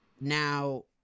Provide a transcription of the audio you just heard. Now